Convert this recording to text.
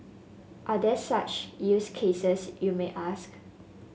are there such use cases you may ask